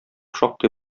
шактый